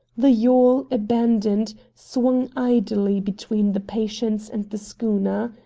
the yawl, abandoned, swung idly between the patience and the schooner.